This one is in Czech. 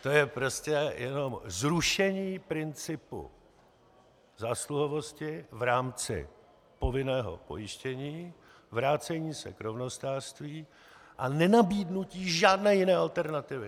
To je prostě jenom zrušení principu zásluhovosti v rámci povinného pojištění, vrácení se k rovnostářství a nenabídnutí žádné jiné alternativy.